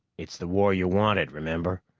it's the war you wanted, remember?